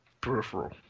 peripheral